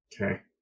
Okay